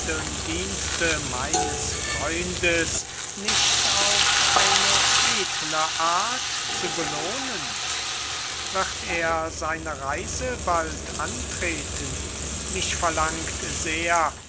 dienste meines freundes nicht auf eine edle art zu belohnen wird er seine reise bald antreten mich verlangt sehr